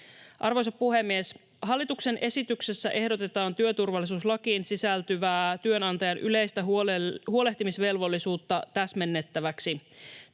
Arvoisa puhemies! Hallituksen esityksessä ehdotetaan työturvallisuuslakiin sisältyvää työnantajan yleistä huolehtimisvelvollisuutta täsmennettäväksi.